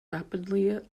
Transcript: rapidly